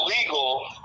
illegal